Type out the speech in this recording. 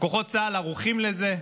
כוחות צה"ל ערוכים לזה,